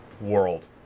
world